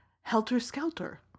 helter-skelter